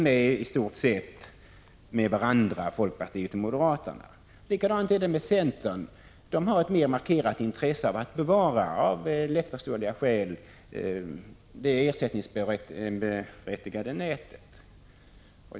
Men i stort sett är folkpartiet och moderaterna överens med varandra. På samma sätt är det beträffande centern. De har — av lättförståeliga skäl — ett mer markerat intresse av att bevara det ersättningsberättigade nätet.